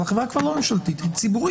אבל החברה היא כבר לא ממשלתית, היא ציבורית.